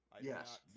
Yes